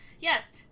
Yes